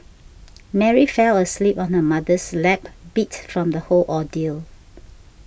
Mary fell asleep on her mother's lap beat from the whole ordeal